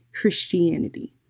Christianity